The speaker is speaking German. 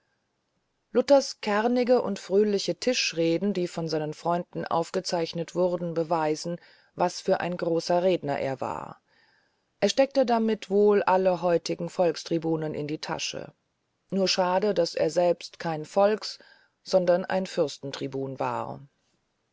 luthers kernige und fröhliche tischreden die von seinen freunden aufgezeichnet wurden beweisen was für ein großer redner er war er steckte damit wohl alle heutigen volkstribunen in die tasche nur schade daß er selber kein volks sondern ein fürstentribun war